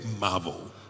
marvel